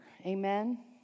Amen